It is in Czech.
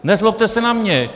Nezlobte se na mě!